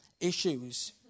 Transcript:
issues